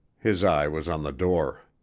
his eye was on the door.